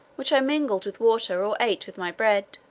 which i mingled with water, or ate with my bread.